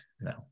No